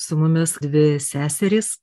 su mumis dvi seserys